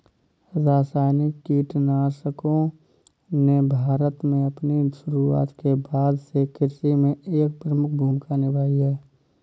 रासायनिक कीटनाशकों ने भारत में अपनी शुरूआत के बाद से कृषि में एक प्रमुख भूमिका निभाई हैं